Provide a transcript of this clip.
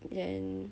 ya and